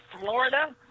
florida